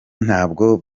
ntabwo